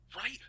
Right